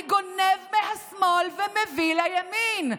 אני גונב מהשמאל ומביא לימין?